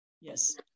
yes